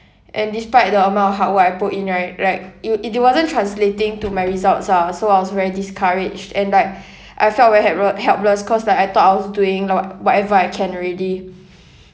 and despite the amount of hard work I put in right like it it d~ wasn't translating to my results ah so I was very discouraged and like I felt very help~ helpless cause like I thought I was doing like wha~ whatever I can already